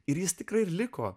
ir jis tikrai liko